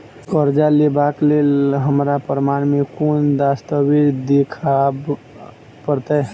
करजा लेबाक लेल हमरा प्रमाण मेँ कोन दस्तावेज देखाबऽ पड़तै?